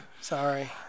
Sorry